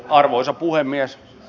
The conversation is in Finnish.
arvoisa puhemies